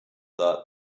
thought